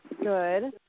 Good